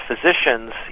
physicians